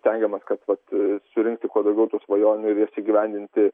stengiamės kad vat surinkti kuo daugiau tų svajonių ir jas įgyvendinti